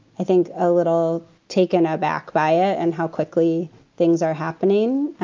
i think, a little taken aback by it. and how quickly things are happening.